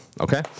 okay